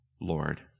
Lord